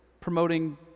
promoting